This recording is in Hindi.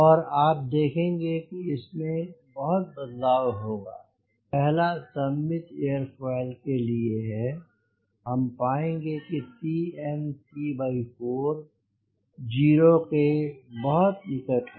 और आप देखेंगे इस में बहुत बदलाव होगा पहला सममित एयरोफॉयल के लिए है हम पाएंगे c4 0 के बहुत निकट है